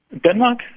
denmark?